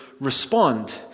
respond